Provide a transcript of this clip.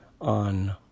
on